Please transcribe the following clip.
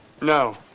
No